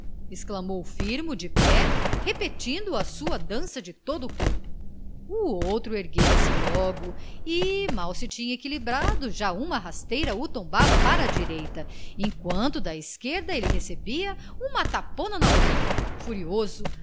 exclamou o firmo de pé repetindo a sua dança de todo o corpo o outro erguera-se logo e mal se tinha equilibrado já uma rasteira o tombava para a direita enquanto da esquerda ele recebia uma tapona na orelha furioso